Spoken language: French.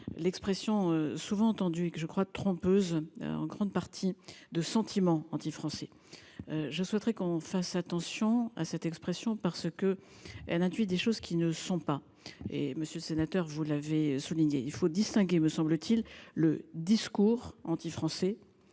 L'expression souvent entendue et que je crois trompeuse en grande partie de sentiment anti-français. Je souhaiterais qu'on fasse attention à cette expression parce que elle induit des choses qui ne sont pas et monsieur le sénateur, vous l'avez souligné, il faut distinguer, me semble-t-il le discours antifrançais.